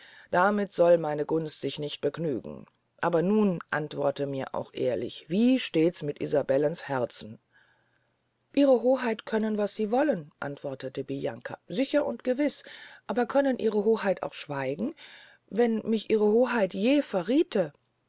damit soll meine gunst sich nicht begnügen aber nun antworte mir auch ehrlich wie stehts mit isabellens herzen ihre hoheit können was sie wollen antwortete bianca sicher und gewiß aber können ihre hoheit auch schweigen wenn mich ihre hoheit je